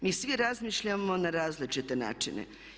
Mi svi razmišljamo na različite načine.